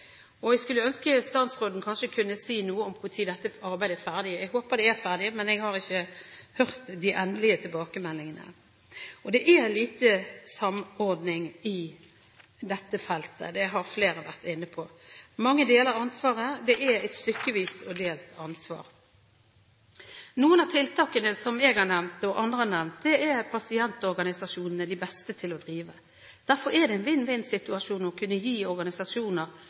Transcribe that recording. Statsråden kunne kanskje si noe om når dette arbeidet vil være ferdig. Jeg håper det er ferdig, men jeg har ikke hørt de endelige tilbakemeldingene. Det er lite samordning på dette feltet, det har flere vært inne på. Mange deler ansvaret, det er stykkevis og delt. Noen av de tiltakene som jeg og andre har nevnt, er pasientorganisasjonene de beste til å drive. Derfor er det en vinn-vinn-situasjon å kunne gi organisasjoner,